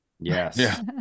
yes